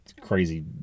crazy